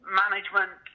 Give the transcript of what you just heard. management